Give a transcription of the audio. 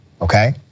okay